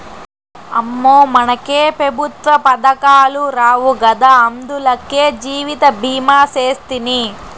అమ్మో, మనకే పెఋత్వ పదకాలు రావు గదా, అందులకే జీవితభీమా సేస్తిని